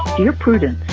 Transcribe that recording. dear prudence